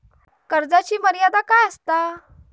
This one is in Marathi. कर्जाची मर्यादा काय असता?